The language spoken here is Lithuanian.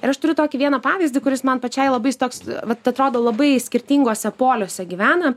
ir aš turiu tokį vieną pavyzdį kuris man pačiai labai jis toks vat atrodo labai skirtinguose poliuose gyvena